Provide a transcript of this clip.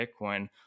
Bitcoin